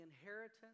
inheritance